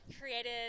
created